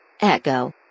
Echo